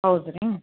ಹೌದ್ ರೀ